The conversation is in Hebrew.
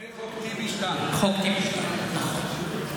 המכונה "חוק טיבי 2". "חוק טיבי 2", נכון.